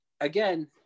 again